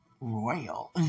royal